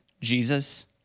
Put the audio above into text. Jesus